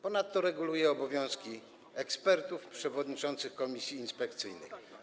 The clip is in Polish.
Ponadto reguluje obowiązki ekspertów i przewodniczących komisji inspekcyjnych.